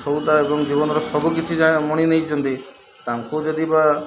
ସଉଦା ଏବଂ ଜୀବନର ସବୁକିଛି ମଣି ନେଇଛନ୍ତି ତାଙ୍କୁ ଯଦି ବା